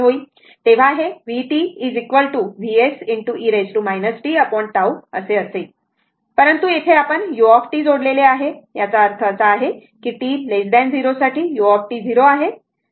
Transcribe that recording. तर ते vt Vs e tT असेल परंतु येथे आपण u जोडलेले आहे याचा अर्थ असा की t 0 साठी u 0 आहे